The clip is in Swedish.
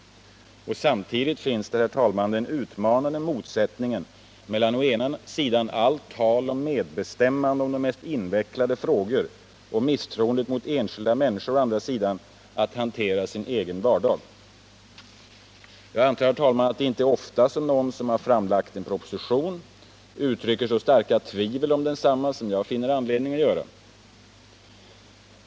Samtidigt finns där, herr talman, den utmanande motsättningen mellan å ena sidan allt tal om medbestämmande i de mest invecklade frågor och å andra sidan misstroendet mot enskilda människors förmåga att hantera sin egen vardag. Jag antar att det inte händer ofta att någon som har framlagt en proposition uttrycker så starka tvivel om densamma som jag finner anledning att göra.